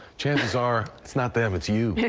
chances are, it's not them, it's you. you.